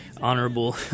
honorable